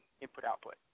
input/output